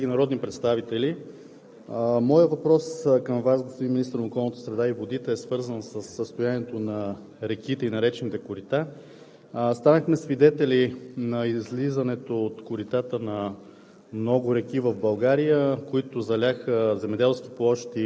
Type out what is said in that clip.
Уважаеми господин Димитров, уважаеми госпожи и господа министри, уважаеми колеги народни представители! Моят въпрос към Вас, господин министър на околната среда и водите, е свързан със състоянието на реките и на речните корита. Станахме свидетели на излизането от коритата на